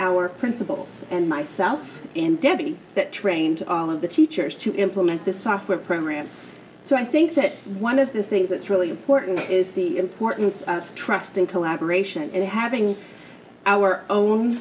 our principals and myself and debbie that trained all of the teachers to implement this software program so i think that one of the things that's really important is the importance of trust and collaboration and having our own